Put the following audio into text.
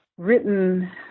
written